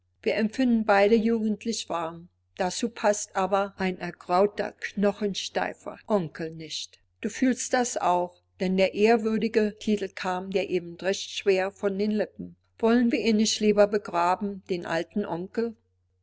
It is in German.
wir empfinden beide jugendlich warm dazu paßt aber ein ergrauter knochensteifer onkel nicht du fühlst das auch denn der ehrwürdige titel kam dir eben recht schwer von den lippen wollen wir ihn nicht lieber begraben den alten onkel